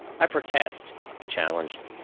i protest, he challenged.